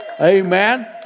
Amen